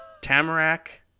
Tamarack